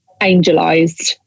angelized